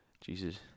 Jesus